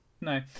No